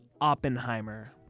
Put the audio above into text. Oppenheimer